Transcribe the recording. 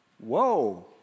Whoa